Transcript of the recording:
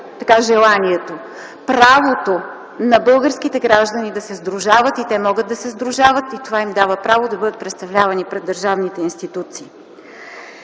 само желанието, на българските граждани да се сдружават. Те могат да се сдружават и това им дава право да бъдат представлявани пред държавните институции.